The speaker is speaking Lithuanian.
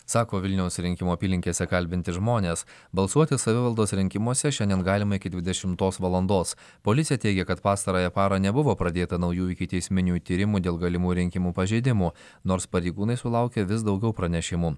sako vilniaus rinkimų apylinkėse kalbinti žmonės balsuoti savivaldos rinkimuose šiandien galima iki dvidešimtos valandos policija teigia kad pastarąją parą nebuvo pradėta naujų ikiteisminių tyrimų dėl galimų rinkimų pažeidimų nors pareigūnai sulaukia vis daugiau pranešimų